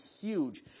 huge